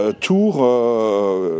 Tour